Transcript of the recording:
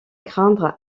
craindre